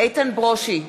איתן ברושי,